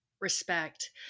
respect